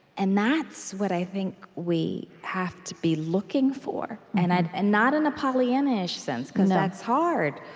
and that's what i think we have to be looking for, and and and not in a pollyanna-ish sense, because that's hard.